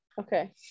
Okay